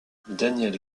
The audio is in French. daniel